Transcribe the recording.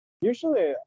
Usually